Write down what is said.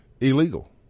illegal